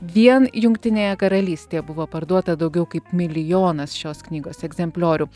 vien jungtinėje karalystėje buvo parduota daugiau kaip milijonas šios knygos egzempliorių